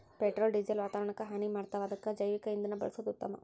petrol diesel ವಾತಾವರಣಕ್ಕ ಹಾನಿ ಮಾಡ್ತಾವ ಅದಕ್ಕ ಜೈವಿಕ ಇಂಧನಾ ಬಳಸುದ ಉತ್ತಮಾ